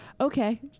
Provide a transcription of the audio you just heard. okay